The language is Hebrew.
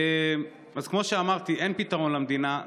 אז כמו שאמרתי, אין למדינה פתרון.